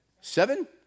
Seven